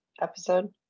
episode